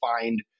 find